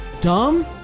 dumb